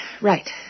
right